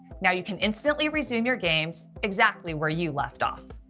now you can instantly resume your games exactly where you left off.